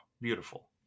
beautiful